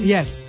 Yes